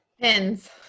Pins